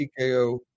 TKO